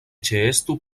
ĉeestu